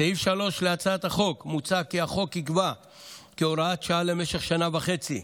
בסעיף 3 להצעת החוק מוצע כי החוק ייקבע כהוראת שעה למשך שנה וחצי,